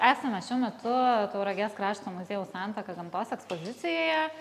esame šiuo metu tauragės krašto muziejaus santaka gamtos ekspozicijoje